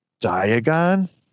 Diagon